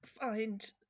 find